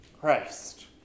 Christ